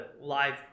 live